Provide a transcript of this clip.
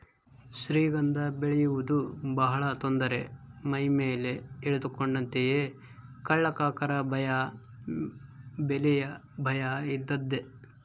ಶ್ರೀಗಂಧ ಬೆಳೆಯುವುದು ಬಹಳ ತೊಂದರೆ ಮೈಮೇಲೆ ಎಳೆದುಕೊಂಡಂತೆಯೇ ಕಳ್ಳಕಾಕರ ಭಯ ಬೆಲೆಯ ಭಯ ಇದ್ದದ್ದೇ